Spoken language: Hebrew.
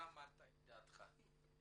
אתה אמרת את דעתך.